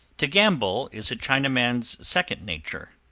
to gamble is a chinaman's second nature.